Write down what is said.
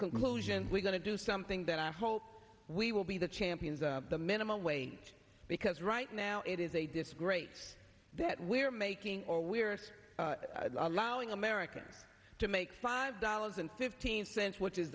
conclusions we going to do something that i hope we will be the champions of the minimum weight because right now it is a disgrace that we're making or we're allowing americans to make five dollars and fifteen cents which is